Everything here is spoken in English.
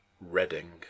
Reading